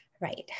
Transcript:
Right